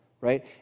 Right